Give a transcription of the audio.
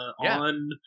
on